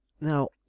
now